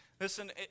Listen